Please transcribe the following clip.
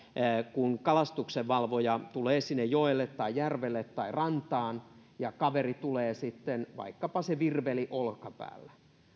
kun kalastuksenvalvoja tulee sinne joelle tai järvelle tai rantaan ja kaveri tulee sitten vaikkapa se virveli olkapäällä